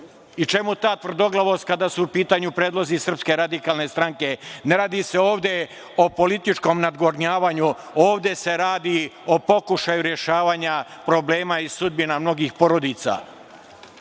i čemu ta tvrdoglavost kada su u pitanju predlozi SRS.Ne radi se ovde o političkom nadgornjavanju, ovde se radi o pokušaju rešavanja problema i sudbina mnogih porodica.